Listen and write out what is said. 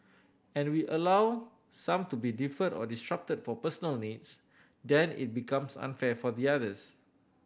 and we allow some to be deferred or disrupted for personal needs then it becomes unfair for the others